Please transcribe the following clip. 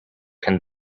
can